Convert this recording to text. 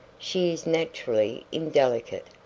she is naturally indelicate,